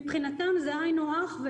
מבחינתנו זה היינו הך,